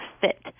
fit